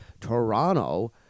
Toronto